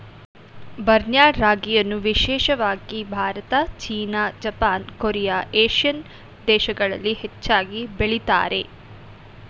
barnyard ರಾಗಿಯನ್ನು ವಿಶೇಷವಾಗಿ Bharat, China, Japan, Korea, Asian ದೇಶಗಳಲ್ಲಿ ಹೆಚ್ಚಾಗಿ ಬೆಳಿತಾರೆ